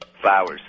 Flowers